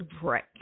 break